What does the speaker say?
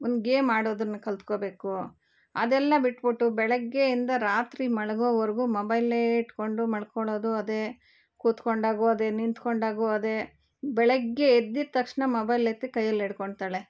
ಒಂದು ಗೇಮ್ ಆಡೋದನ್ ಕಲಿತ್ಕೋಬೇಕು ಅದೆಲ್ಲ ಬಿಟ್ಟುಬಿಟ್ಟು ಬೆಳಗ್ಗೆಯಿಂದ ರಾತ್ರಿ ಮಲಗೋವರ್ಗೂ ಮೊಬೈಲ್ಲೆ ಇಟ್ಕೊಂಡು ಮಲ್ಕೊಳ್ಳೋದು ಅದೇ ಕೂತ್ಕೊಂಡಾಗು ಅದೇ ನಿಂತ್ಕೊಂಡಾಗು ಅದೇ ಬೆಳಗ್ಗೆ ಎದ್ದಿದ ತಕ್ಷಣ ಮೊಬೈಲ್ ಎತ್ತಿ ಕೈಯಲ್ಲಿ ಹಿಡ್ಕೊಳ್ತಾಳೆ